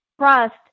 trust